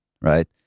right